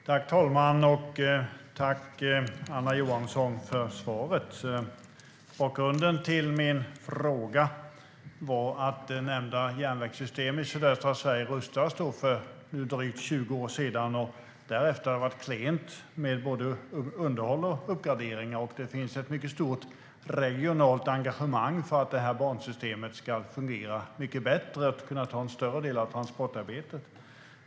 Herr talman! Tack, Anna Johansson, för svaret! Bakgrunden till min fråga var att nämnda järnvägssystem i sydöstra Sverige rustades för drygt 20 år sedan, och därefter har det varit klent med både underhåll och uppgraderingar. Det finns ett mycket stort regionalt engagemang för att det här bansystemet ska fungera mycket bättre och kunna ta en större del av transportarbetet.